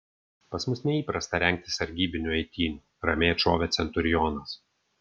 pas mus neįprasta rengti sargybinių eitynių ramiai atšovė centurionas